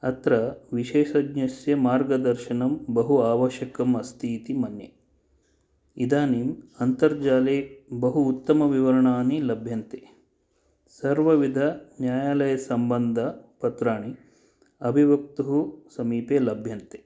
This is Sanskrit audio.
अत्र विशेषज्ञस्य मार्गदर्शनं बहु आवश्यकम् अस्ति इति मन्ये इदानीम् अन्तर्जाले बहु उत्तमविवरणानि लभ्यन्ते सर्वविधन्यायालयसम्बन्धपत्राणि अभिवक्तुः समीपे लभ्यन्ते